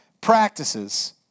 practices